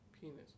Penis